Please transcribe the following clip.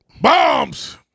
Bombs